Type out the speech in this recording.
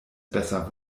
besser